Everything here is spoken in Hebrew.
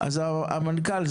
המנכ"ל,